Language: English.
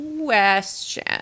Question